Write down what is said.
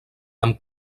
amb